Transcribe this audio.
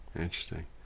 interesting